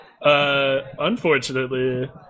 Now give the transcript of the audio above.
Unfortunately